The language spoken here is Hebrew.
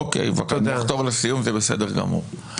אוקיי, אני אחתור לסיום, זה בסדר גמור.